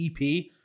EP